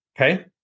Okay